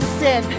sin